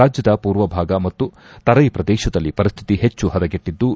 ರಾಜ್ಯದ ಪೂರ್ವ ಭಾಗ ಮತ್ತು ತರೈ ಪ್ರದೇಶದಲ್ಲಿ ಪರಿಸ್ಥಿತಿ ಹೆಚ್ಚು ಹದಗೆಟ್ಟದ್ದು